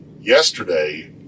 Yesterday